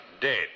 dead